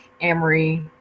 Amory